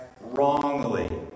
wrongly